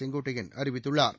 Sengottaiyan அறிவித்துள்ளா்